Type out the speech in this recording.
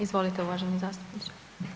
Izvolite uvaženi zastupniče.